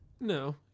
No